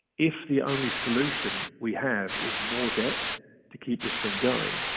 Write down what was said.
if the only solution we have is more debt to keep this thing going,